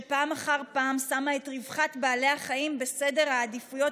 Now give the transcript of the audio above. שפעם אחר פעם שמה את רווחת בעלי החיים בסדר העדיפויות